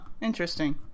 interesting